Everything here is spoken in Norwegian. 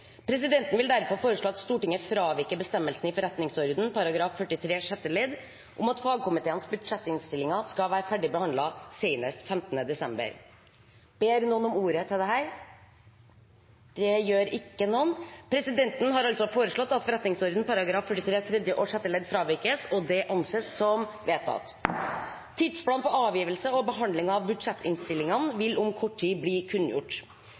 Presidenten vil derfor foreslå at Stortinget fraviker bestemmelsen i forretningsordenen § 43 sjette ledd om at fagkomiteenes budsjettinnstillinger skal være ferdig behandlet senest 15. desember. Ber noen om ordet? – Så synes ikke. Presidenten har altså foreslått at forretningsordenen § 43 tredje og sjette ledd fravikes, og det anses vedtatt. Tidsplan for avgivelse og behandling av budsjettinnstillingene vil om kort tid bli kunngjort.